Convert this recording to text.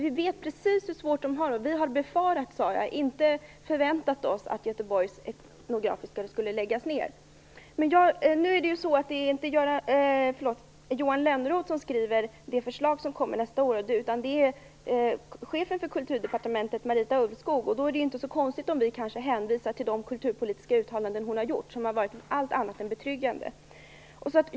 Vi vet precis hur svårt man där har det. Vi har bara befarat, inte förväntat oss, att detta museum skulle läggas ned. Nu är det inte Johan Lönnroth som skriver det förslag som läggs fram nästa år, utan det gör chefen för Kulturdepartementet Marita Ulvskog. Det är då kanske inte så konstigt om vi hänvisar till de kulturpolitiska uttalanden som hon har gjort och som har varit allt annat än betryggande.